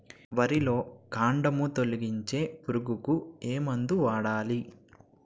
వరిలో కాండము తొలిచే పురుగుకు ఏ మందు వాడాలి?